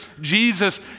Jesus